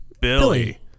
Billy